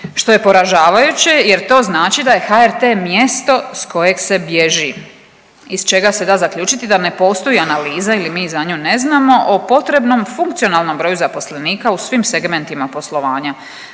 što je poražavajuće, jer to znači da je HRT mjesto sa koje se bježi, iz čega se da zaključiti da ne postoji analiza ili mi za nju ne znamo o potrebnom funkcionalnom broju zaposlenika u svim segmentima poslovanja,